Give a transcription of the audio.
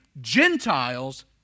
Gentiles